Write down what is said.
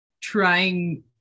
trying